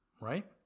right